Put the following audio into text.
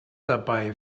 dabei